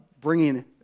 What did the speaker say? bringing